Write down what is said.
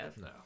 No